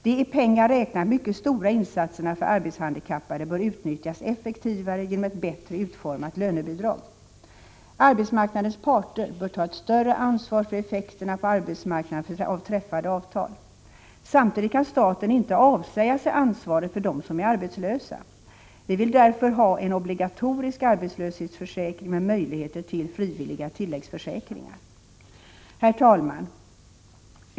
De i pengar räknat mycket stora insatserna för arbetshandikappade bör utnyttjas effektivare genom ett bättre utformat lönebidrag. Arbetsmarknadens parter bör ta ett större ansvar för effekterna på arbetsmarknaden av träffade avtal. Samtidigt kan staten inte avsäga sig ansvaret för dem som är arbetslösa. Vi vill därför ha en obligatorisk arbetslöshetsförsäkring med möjligheter till frivilliga tilläggsförsäkringar. Herr talman!